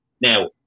Now